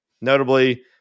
Notably